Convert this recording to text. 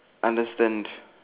understand